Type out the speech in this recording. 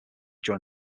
join